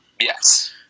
Yes